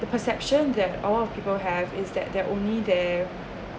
the perception that a lot of people have instead they're only there